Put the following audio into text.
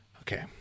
Okay